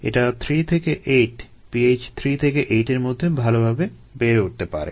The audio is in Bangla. এটা 3 থেকে 8 pH 3 থেকে 8 এর মধ্যে ভালভাবে বেড়ে উঠতে পারে